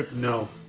no.